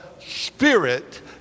Spirit